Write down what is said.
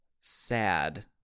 sad